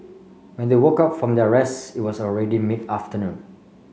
when they woke up from their rest it was already mid afternoon